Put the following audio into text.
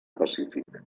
pacífic